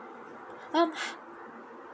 um hi